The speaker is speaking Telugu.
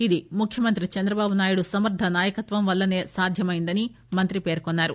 ఇది ముఖ్యమంత్రి చంద్రబాబునాయుడు సమర్ణ నాయకత్వం వల్లే సాధ్యమైందని మంత్రి పేర్కొన్సారు